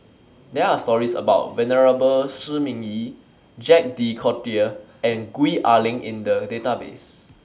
There Are stories about Venerable Shi Ming Yi Jacques De Coutre and Gwee Ah Leng in The Database